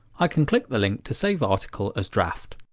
i can click the link to save article as draft.